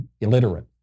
illiterate